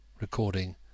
Recording